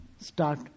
Start